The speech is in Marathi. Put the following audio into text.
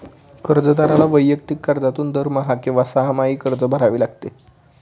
कर्जदाराला वैयक्तिक कर्जातून दरमहा किंवा सहामाही कर्ज भरावे लागते